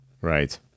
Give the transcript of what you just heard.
right